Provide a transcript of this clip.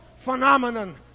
phenomenon